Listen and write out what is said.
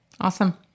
Awesome